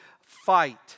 fight